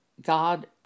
God